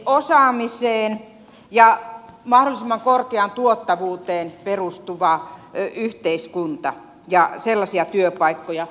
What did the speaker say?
osaamiseen ja mahdollisimman korkeaan tuottavuuteen perustuva yhteiskunta ja sen mukaisia työpaikkoja